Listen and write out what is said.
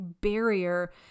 barrier